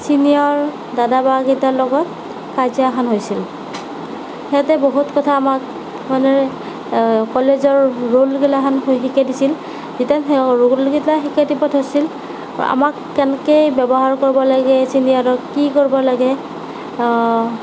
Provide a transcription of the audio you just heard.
senior দাদা বা কেইটাৰ লগত কাজিয়া এখন হৈছিল সিহঁতে বহুত কথা আমাক মানে কলেজৰ ৰোলগিলাখান শিকাই দিছিল যেতিয়া ৰোলকিতা শিকাই দিব ধৰিছিল আমাক কেনেকে ব্যৱহাৰ কৰিব লাগে ছিনিয়ৰক কি কৰিব লাগে